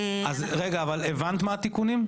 הבנת מה התיקונים?